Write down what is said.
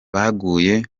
baguye